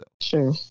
Sure